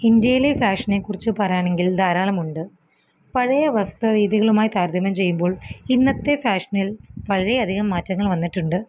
ഇന്ത്യേലെ ഫാഷനെക്കുറിച്ച് പറയാണെങ്കില് ധാരാളമുണ്ട് പഴയവസ്ത്രരീതികളുമായി താരതമ്യം ചെയ്യുമ്പോള് ഇന്നത്തെ ഫാഷനില് വളരെയധികം മാറ്റങ്ങള് വന്നിട്ടുണ്ട്